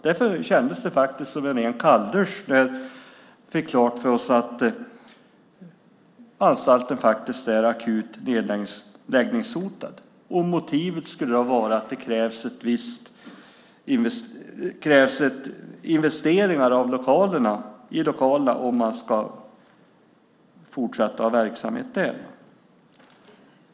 Därför kändes det som en kalldusch när vi fick klart för oss att anstalten är akut nedläggningshotad. Motivet skulle vara att det krävs investeringar i lokalerna om man ska fortsätta med att ha verksamhet där.